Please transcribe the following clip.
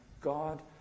God